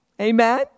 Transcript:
Amen